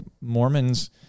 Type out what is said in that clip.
Mormons